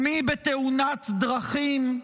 ומי בתאונת דרכים,